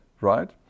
right